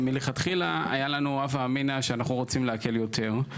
מלכתחילה היה לנו הווה אמינה שאנחנו רוצים להקל יותר,